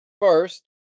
First